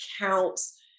counts